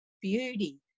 beauty